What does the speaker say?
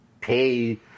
pay